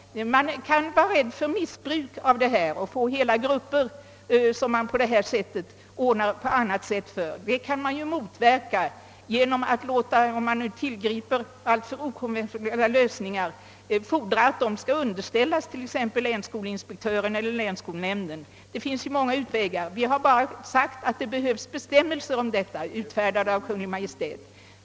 Det kan finnas risk för missbruk av en sådan ordning, som skulle innebära att det uppstod hela grupper som arbetade under speciella förhållanden. Sådana effekter kan motverkas t.ex. genom en föreskrift om att okonventionella lösningar skall underställas länsskolinspektör eller länsskolnämnd. Det finns många sådana utvägar. Vi har bara uttalat att det behövs bestämmelser om detta, som skall utfärdas av Kungl. Maj:t.